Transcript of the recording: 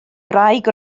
wraig